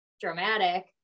dramatic